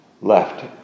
left